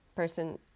Person